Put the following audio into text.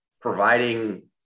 providing